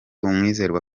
umwizerwa